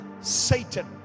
Satan